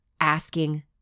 asking